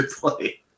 play